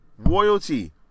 royalty